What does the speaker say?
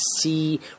see